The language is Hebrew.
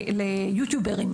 ליוטיוברים.